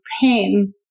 pain